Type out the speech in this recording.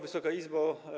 Wysoka Izbo!